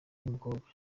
y’umukobwa